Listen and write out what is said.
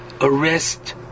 arrest